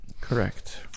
correct